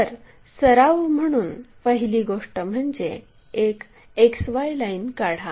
तर सराव म्हणून पहिली गोष्ट म्हणजे एक XY लाईन काढा